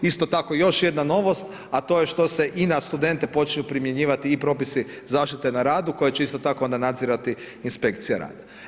Isto tako i još jedna novost a to je što se i na studente počinju primjenjivati i propisi zaštite na radu koje će isto tako onda nadzirati inspekcija rada.